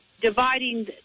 dividing